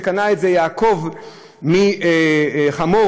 שקנה יעקב מחמור,